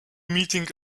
meeting